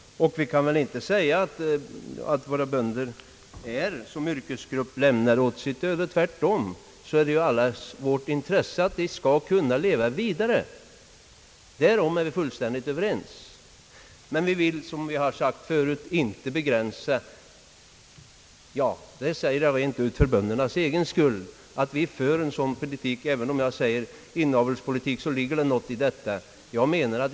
Vi kan väl inte säga att våra bönder som yrkesgrupp är lämnade åt sitt öde. Tvärtom är vi fullt ense om att det ligger i allas intresse att de kan leva vidare. Men vi vill, som vi tidigare sagt, inte begränsa oss till att föra — jag säger det rent ut för böndernas egen skull — en inavelspolitik. Det ligger någonting i detta uttryck.